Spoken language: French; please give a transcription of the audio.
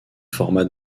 format